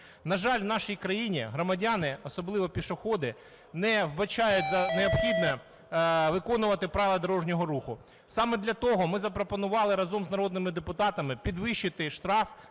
На жаль, в нашій країні громадяни, особливо пішоходи, не вбачають за необхідне виконувати правила дорожнього руху. Саме для того ми запропонували разом з народними депутатами підвищити штраф